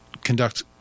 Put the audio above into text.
conduct